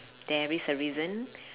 there is a reason